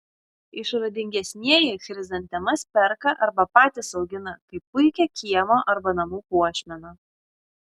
išradingesnieji chrizantemas perka arba patys augina kaip puikią kiemo arba namų puošmeną